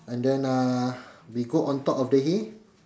and then uh we go on top of the hay